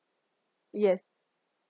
yes